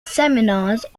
seminars